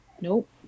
Nope